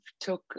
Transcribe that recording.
took